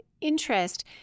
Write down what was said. interest